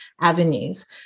avenues